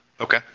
Okay